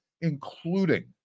including